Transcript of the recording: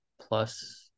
plus